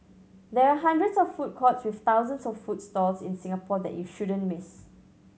there are hundreds of food courts with thousands of food stalls in Singapore that you shouldn't miss